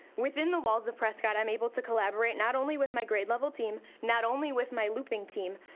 within the walls of prescott, i'm able to collaborate not only with my grade-level team, not only with my looping team,